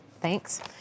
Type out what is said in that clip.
Thanks